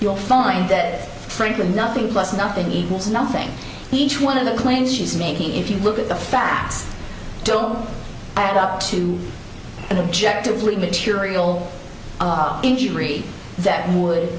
you'll find that frankly nothing plus nothing equals nothing each one of the claims she's making if you look at the facts don't add up to an objective like material injury that would